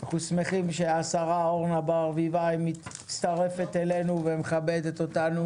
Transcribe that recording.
אנחנו שמחים שהשרה אורנה ברביבאי מצטרפת אלינו ומכבדת אותנו